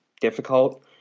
difficult